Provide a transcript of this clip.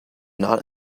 not